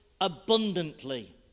abundantly